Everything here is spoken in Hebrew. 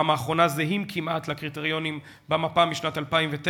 האחרונה זהים כמעט לקריטריונים במפה משנת 2009,